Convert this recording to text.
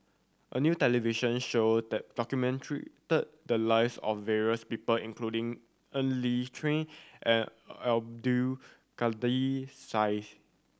a new television show the lives of various people including Ng Li and Abdul Kadir Syed